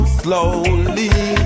slowly